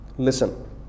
Listen